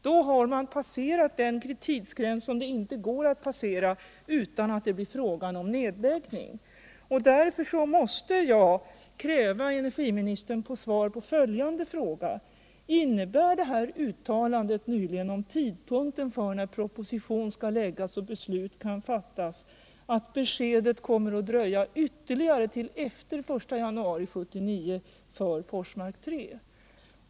Då har man passerat den tidsgräns som det inte går att passera utan att det blir fråga om en nedläggning. Därför måste jag kräva energiministern på svar på följande frågor: Innebär uttalandet nyligen om tidpunkten för när propositionen skall framläggas och beslut kan fattas att besked om Forsmark 3 kommer att dröja ytterligare, till efter den 1 januari 1979?